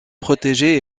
protégée